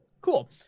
Cool